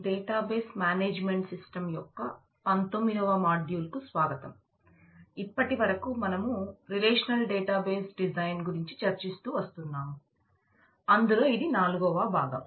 database management systems గురించి చర్చిస్తూ వస్తున్నాం అందులో ఇది నాలుగవ భాగం